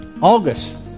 August